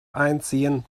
einziehen